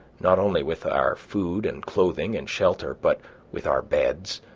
not only with our food, and clothing, and shelter, but with our beds,